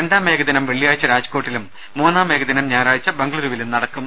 രണ്ടാം ഏകദിനം വെള്ളിയാഴ്ച രാജ്കോട്ടിലും മൂന്നാം ഏകദിനം ഞായറാഴ്ച ബംഗളൂരുവിലും നടക്കും